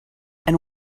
and